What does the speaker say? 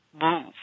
move